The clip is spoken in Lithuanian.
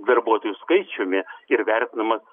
darbuotojų skaičiumi ir vertinamas